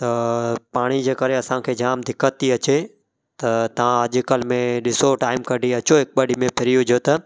त पाणी जे करे असांखे जाम दिक़त थी अचे त तां अॼुकल्ह में ॾिसो टाइम कढी अचो हिकु ॿ ॾींहं में फ्री हुजो त